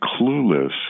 clueless